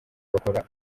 bakora